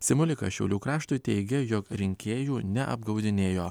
simulikas šiaulių kraštui teigė jog rinkėjų neapgaudinėjo